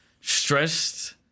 Stressed